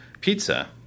Pizza